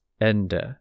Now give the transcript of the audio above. Ende